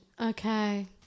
okay